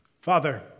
Father